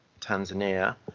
Tanzania